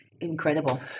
incredible